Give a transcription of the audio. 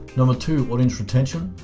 number two, audience retention.